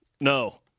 No